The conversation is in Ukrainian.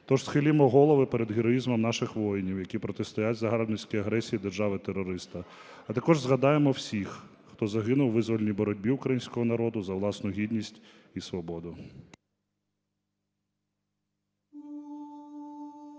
Тож схилімо голови перед героїзмом наших воїнів, які протистоять загарбницькій агресії держави-терориста. А також згадаймо всіх, хто загинув у визвольній боротьбі українського народу за власну гідність і свободу.